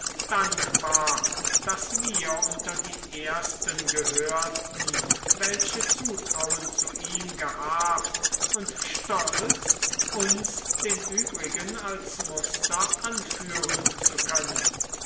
dankbar daß wir unter die ersten gehörten welche zutrauen zu ihm gehabt und stolz uns den übrigen als muster anführen zu können